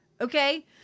okay